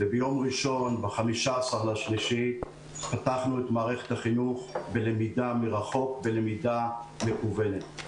ביום ראשון ב-15.3 פתחנו את מערכת החינוך בלמידה מרחוק ולמידה מקוונת.